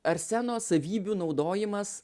arseno savybių naudojimas